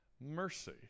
Mercy